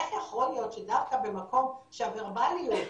איך יכול להיות שדווקא במקום שהוורבליות,